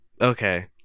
Okay